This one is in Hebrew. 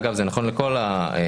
אגב, זה נכון לכל הענפים.